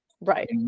Right